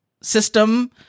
system